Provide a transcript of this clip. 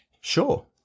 Sure